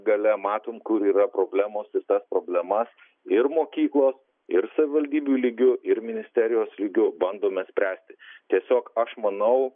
gale matom kur yra problemos ir tas problemas ir mokyklos ir savivaldybių lygiu ir ministerijos lygiu bandome spręsti tiesiog aš manau